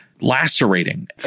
lacerating